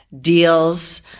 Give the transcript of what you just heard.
deals